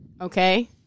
Okay